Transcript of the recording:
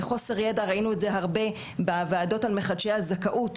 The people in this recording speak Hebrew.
חוסר ידע ראינו את זה בהרבה בוועדות על מחדשי הזכאות,